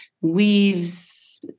weaves